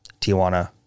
Tijuana